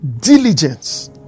Diligence